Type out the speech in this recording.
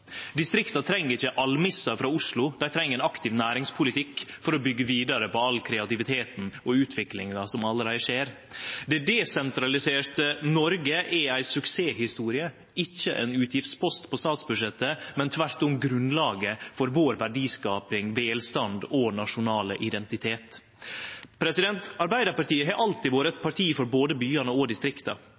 Distrikta treng ikkje almisser frå Oslo, dei treng ein aktiv næringspolitikk for å byggje vidare på all kreativiteten og utviklinga som allereie skjer. Det desentraliserte Noreg er ei suksesshistorie, det er ikkje ein utgiftspost på statsbudsjettet, men tvert om grunnlaget for vår verdiskaping, vår velstand og vår nasjonale identitet. Arbeidarpartiet har alltid vore eit parti for både byane og distrikta.